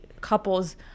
couples